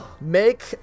make